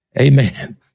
Amen